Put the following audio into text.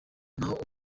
naho